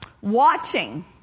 watching